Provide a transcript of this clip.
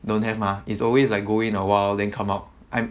don't have mah is always like go in awhile then come out I